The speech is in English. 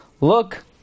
Look